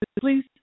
Please